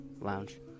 lounge